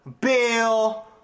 Bill